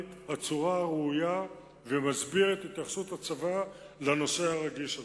הצורה הראויה ומסביר את התייחסות הצבא לנושא הרגיש הזה.